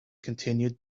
continued